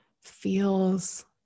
feels